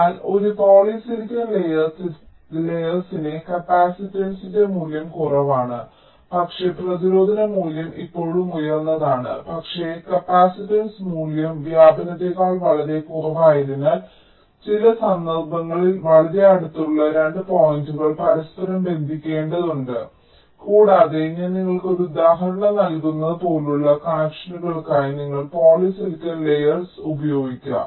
എന്നാൽ ഒരു പോളിസിലിക്കൺ ലേയേർസിനെ കപ്പാസിറ്റൻസിന്റെ മൂല്യം കുറവാണ് പക്ഷേ പ്രതിരോധ മൂല്യം ഇപ്പോഴും ഉയർന്നതാണ് പക്ഷേ കപ്പാസിറ്റൻസ് മൂല്യം വ്യാപനത്തേക്കാൾ വളരെ കുറവായതിനാൽ ചില സന്ദർഭങ്ങളിൽ നിങ്ങൾ വളരെ അടുത്തുള്ള 2 പോയിന്റുകൾ പരസ്പരം ബന്ധിപ്പിക്കേണ്ടതുണ്ട് കൂടാതെ ഞാൻ നിങ്ങൾക്ക് ഒരു ഉദാഹരണം നൽകുന്നത് പോലുള്ള കണക്ഷനുകൾക്കായി നിങ്ങൾക്ക് പോളിസിലിക്കൺ ലേയേർസ് ഉപയോഗിക്കാം